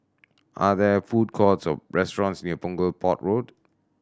are there food courts or restaurants near Punggol Port Road